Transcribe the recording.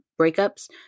breakups